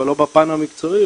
אבל לא בפן המקצועי,